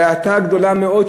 האטה גדולה מאוד,